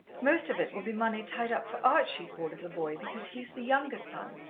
most of it will be money tied up for archie, poor little boy, because he is the younger son,